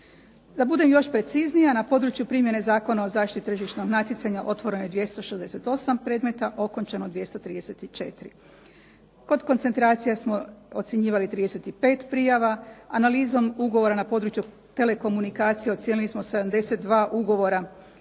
Da budem još preciznija, na području primjene Zakona o zaštiti tržišnog natjecanja otvoreno je 268 predmeta, okončano 234. Kod koncentracija smo ocjenjivali 35 prijava, analizom ugovora na području telekomunikacija ocijenili smo 72 ugovora